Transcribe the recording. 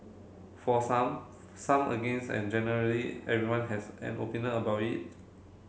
for some some against and generally everyone has an opinion about it